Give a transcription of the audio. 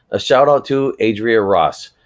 a shout-out to adria ross,